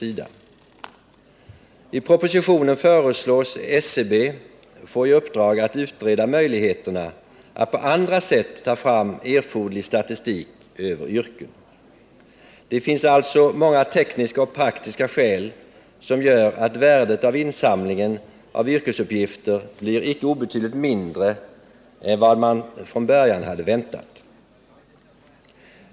I propositionen föreslås SCB få i uppdrag att utreda möjligheterna att på andra sätt ta fram erforderlig statistik över yrken. Det finns alltså många tekniska och praktiska skäl, som gör att värdet av insamlingen av yrkesuppgifter blir icke obetydligt mindre än vad man från början väntat.